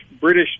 British